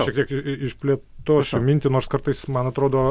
šiek tiek i i išplėtosiu mintį nors kartais man atrodo